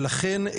ולכן,